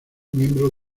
miembros